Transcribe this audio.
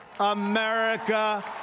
America